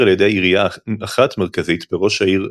על ידי עירייה אחת מרכזית בראש עיר חזק-מועצה.